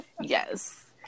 yes